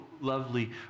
lovely